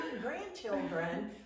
grandchildren